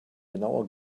genauer